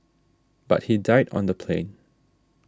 but he died on the plane